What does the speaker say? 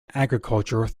agriculture